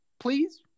Please